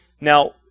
Now